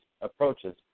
approaches